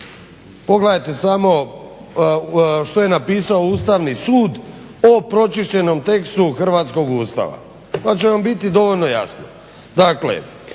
pogledajte samo što je napisao Ustavni sud o pročišćenom tekstu hrvatskog Ustava pa će vam biti dovoljno jasno.